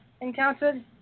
encountered